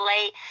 late